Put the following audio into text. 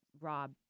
Rob